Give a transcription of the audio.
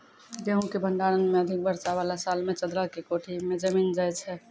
गेहूँ के भंडारण मे अधिक वर्षा वाला साल मे चदरा के कोठी मे जमीन जाय छैय?